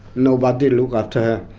nobody look after her.